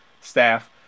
staff